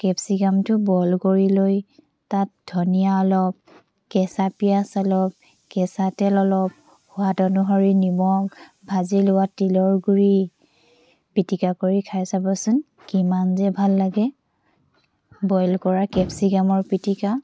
কেপচিকামটো boil কৰি লৈ তাত ধনিয়া অলপ কেঁচা পিঁয়াজ অলপ কেঁচা তেল অলপ সোৱাদ অনুসৰি নিমখ ভাজি লোৱা তিলৰ গুড়ি পিটিকা কৰি খাই চাবচোন কিমান যে ভাল লাগে বইল কৰা কেপচিকামৰ পিটিকা